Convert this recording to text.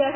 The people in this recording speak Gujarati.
એસ